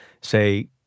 say